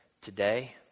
today